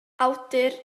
awdur